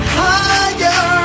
higher